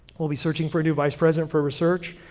we'll be searching for a new vice president for research,